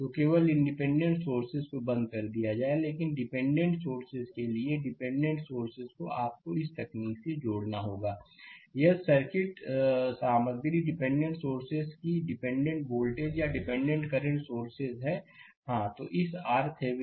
तो केवल independent sources को बंद कर दिया जाएगा लेकिन डिपेंडेंट सोर्सेस के लिए डिपेंडेंट सोर्सेस को आपको इस तकनीक को जोड़ना होगा यदि सर्किट सामग्रीडिपेंडेंट सोर्सेस कि डिपेंडेंट वोल्टेज या डिपेंडेंट करंट सोर्सेस है हां तो इस RThevenin को पाने के लिए